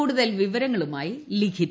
കൂടുതൽ വിവരങ്ങളുമായി ലിഖിത